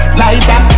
lighter